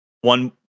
One